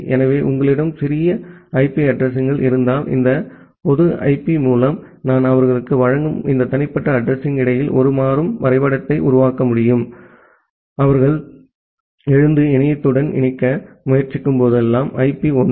எனவே உங்களிடம் சிறிய ஐபி அட்ரஸிங் கள் இருந்தால் இந்த பொது ஐபி மூலம் நான் அவர்களுக்கு வழங்கும் இந்த தனிப்பட்ட அட்ரஸிங்க்கு இடையில் ஒரு மாறும் வரைபடத்தை உருவாக்க முடியும் அவர்கள் எழுந்து இணையத்துடன் இணைக்க முயற்சிக்கும்போதெல்லாம் பொது ஐபி ஒன்று